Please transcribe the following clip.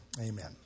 Amen